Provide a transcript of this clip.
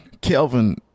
Kelvin